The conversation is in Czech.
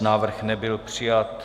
Návrh nebyl přijat.